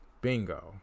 Bingo